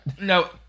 No